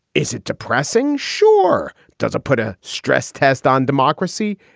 is it depressing? sure. does it put a stress test on democracy?